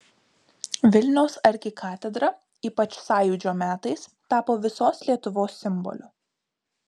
vilniaus arkikatedra ypač sąjūdžio metais tapo visos lietuvos simboliu